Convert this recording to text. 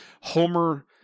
Homer